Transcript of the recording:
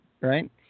right